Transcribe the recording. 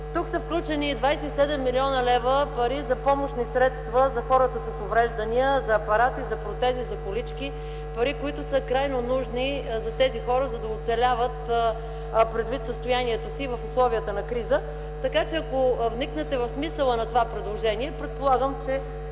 Тук са включени и 27 млн. лв. пари за помощни средства за хората с увреждания, за апарати, за протези, за колички. Пари, които са крайно нужни за тези хора, за да оцеляват предвид състоянието си и в условията на криза. Ако вникнете в смисъла на това предложение, предполагам, че